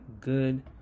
good